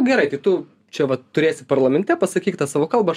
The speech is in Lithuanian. gerai tai tu čia vat turėsi parlamente pasakyk tą savo kalbą aš